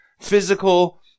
physical